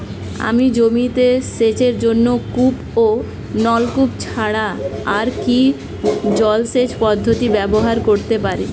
আমি জমিতে সেচের জন্য কূপ ও নলকূপ ছাড়া আর কি জলসেচ পদ্ধতি ব্যবহার করতে পারি?